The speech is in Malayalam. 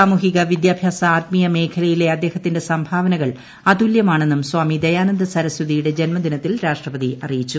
സാമൂഹിക വിദ്യാഭ്യാസ ആത്മീയ മേഖലയിലെ അദ്ദേഹത്തിന്റെ സംഭാവനകൾ അതുല്യമാണെന്നും സ്വാമി ദയാനന്ദ സരസ്വതിയുടെ ജന്മദിനത്തിൽ രാഷ്ട്രപതി അറിയിച്ചു